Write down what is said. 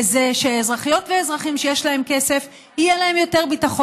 לזה שלאזרחיות ואזרחים שיש להם כסף יהיה יותר ביטחון,